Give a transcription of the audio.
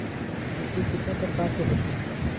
मिट्टी कितने प्रकार के होते हैं?